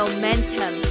momentum